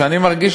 שאני מרגיש,